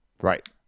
right